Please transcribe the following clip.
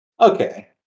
Okay